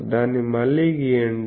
దాన్ని మళ్ళీ గీయండి